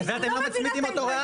בכלל זה אתם לא מצמידים אותו ריאלית.